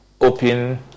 open